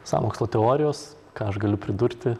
sąmokslo teorijos ką aš galiu pridurti